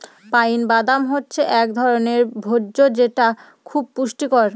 pine বাদাম হচ্ছে এক ধরনের ভোজ্য যেটা খুব পুষ্টিকর